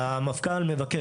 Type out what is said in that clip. המפכ"ל מבקש.